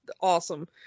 awesome